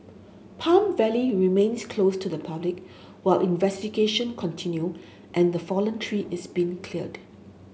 Palm Valley remains closed to the public while investigation continue and the fallen tree is being cleared